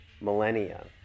millennia